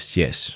yes